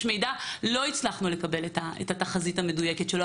מידע ולא הצלחנו לקבל את התחזית המדויקת שלו.